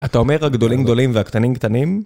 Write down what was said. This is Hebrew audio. אתה אומר הגדולים גדולים והקטנים קטנים?